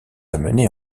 amenés